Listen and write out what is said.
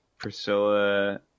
priscilla